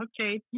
Okay